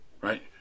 Right